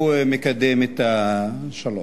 הוא מקדם את השלום.